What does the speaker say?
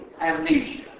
amnesia